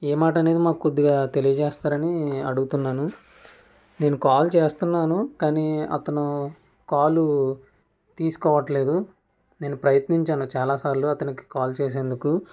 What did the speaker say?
ఏ మాట అనేది మాకు కొద్దిగా తెలియజేస్తారని అడుగుతున్నాను నేను కాల్ చేస్తున్నాను కానీ అతను కాలు తీసుకోవట్లేదు నేను ప్రయత్నించాను చాలా సార్లు అతనికి కాల్ చేసేందుకు